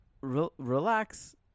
relax